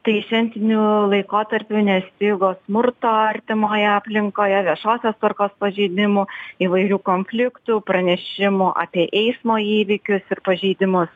tai šventiniu laikotarpiu nestigo smurto artimoje aplinkoje viešosios tvarkos pažeidimų įvairių konfliktų pranešimų apie eismo įvykius ir pažeidimus